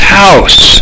house